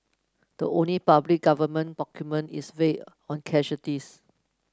the only public government document is vague on casualties